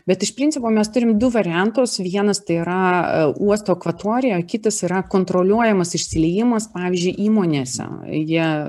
bet iš principo mes turim du variantus vienas tai yra uosto akvatorija kitas yra kontroliuojamas išsiliejimas pavyzdžiui įmonėse jie